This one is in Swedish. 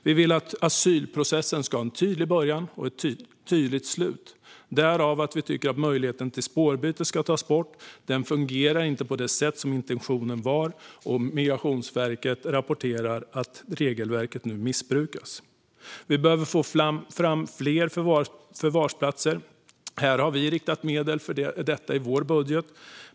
Vi vill att asylprocessen ska ha en tydlig början och ett tydligt slut. Därför tycker vi att möjligheten till spårbyte ska tas bort. Den fungerar inte på det sätt som intentionen var, och Migrationsverket rapporterar att regelverket missbrukas. Vi behöver få fram fler förvarsplatser. Vi har riktat medel för detta i vår budget.